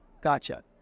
Gotcha